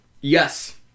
Yes